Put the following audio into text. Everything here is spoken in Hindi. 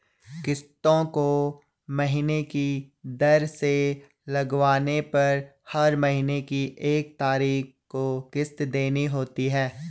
किस्तों को महीने की दर से लगवाने पर हर महीने की एक तारीख को किस्त देनी होती है